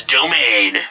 Domain